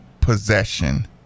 possession